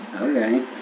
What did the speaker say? okay